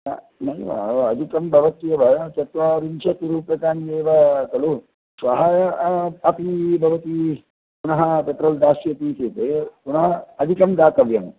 न नैव अधिकं भवत्येव चत्वारिंशत् रूप्यकाणि एव खलु श्वः अपि भवति पुनः पेट्रोल् दास्यति चेत् पुनः अधिकं दातव्यम्